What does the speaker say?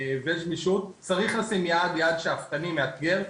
צריך לשים יעד, יעד שאפתני מאתגר.